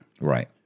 right